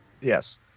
Yes